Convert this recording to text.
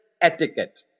Etiquette